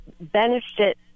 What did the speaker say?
benefit